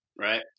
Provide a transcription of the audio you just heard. Right